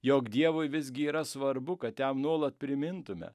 jog dievui visgi yra svarbu kad jam nuolat primintume